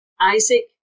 Isaac